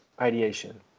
Ideation